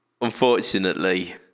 unfortunately